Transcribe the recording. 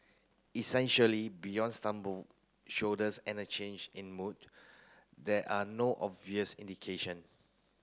essentially beyond shoulders and a change in mood there are no obvious indication